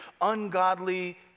ungodly